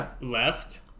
left